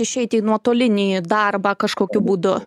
išeiti į nuotolinį darbą kažkokiu būdu